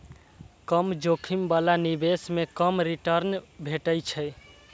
कम जोखिम बला निवेश मे कम रिटर्न भेटै छै